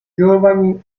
giovani